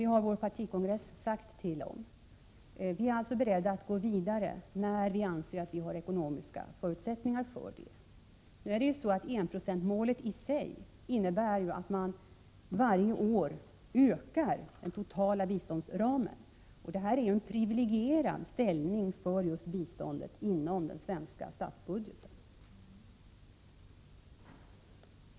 Det har vår partikongress slagit fast. Vi är således beredda att gå vidare när vi anser att vi har ekonomiska förutsättningar för det. Enprocentsmålet i sig innebär att man ökar den totala biståndsramen varje år. Biståndet har en privilegierad ställning inom den svenska statsbudgeten.